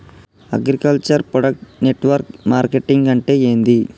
Agriculture product network marketing అంటే ఏంది?